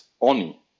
ONI